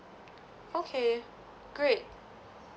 okay great